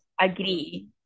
agree